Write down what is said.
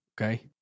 okay